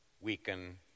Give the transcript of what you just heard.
weaken